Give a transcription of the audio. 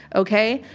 okay?